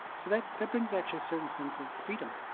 so that that brings actually a certain sense of freedom.